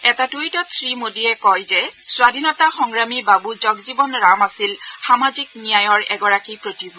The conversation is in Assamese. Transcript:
এটা টুইটত শ্ৰীমোদীয়ে কয় যে স্বাধীনতাসংগ্ৰামী বাবু জগজীৱন ৰাম আছিল সামাজিক ন্যায়ৰ এগৰাকী প্ৰতিভ